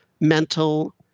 mental